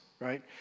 right